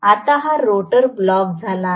आता हा rotor block झाला आहे